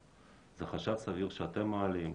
זה חשד סביר שאתם מעלים,